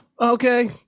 okay